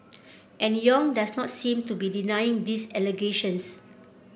and Yong does not seem to be denying these allegations